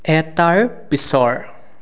এটাৰ পিছৰ